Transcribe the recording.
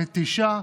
מתישה,